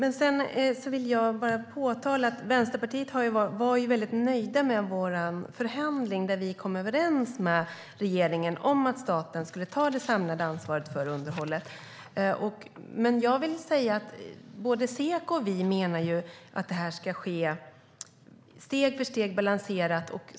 Jag vill påpeka att vi i Vänsterpartiet var nöjda med vår förhandling där vi kom överens med regeringen om att staten skulle ta det samlade ansvaret för underhållet. Men jag vill också säga att både Seko och vi menar att det här ska ske steg för steg och balanserat.